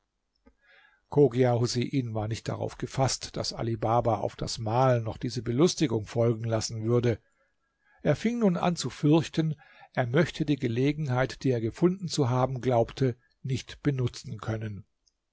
chogia husein war nicht darauf gefaßt daß ali baba auf das mahl noch diese belustigung folgen lassen würde er fing nun an zu fürchten er möchte die gelegenheit die er gefunden zu haben glaubte nicht benutzen können